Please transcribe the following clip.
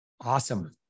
Awesome